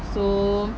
so